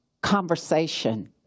conversation